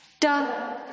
Da